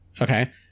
Okay